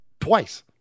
twice